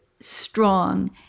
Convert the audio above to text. strong